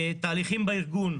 תהליכים בארגון.